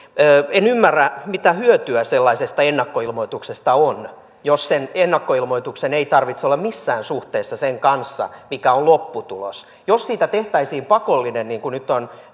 en ymmärrä mitä hyötyä sellaisesta ennakkoilmoituksesta on jos sen ennakkoilmoituksen ei tarvitse olla missään suhteessa sen kanssa mikä on lopputulos jos siitä tehtäisiin pakollinen niin kuin nyt